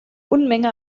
unmenge